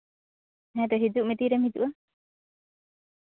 ᱦᱮᱸ ᱛᱚ ᱦᱤᱡᱩᱜ ᱢᱮ ᱛᱤᱨᱮᱢ ᱦᱤᱡᱩᱜᱼᱟ